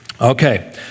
Okay